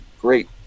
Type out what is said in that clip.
great